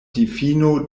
difino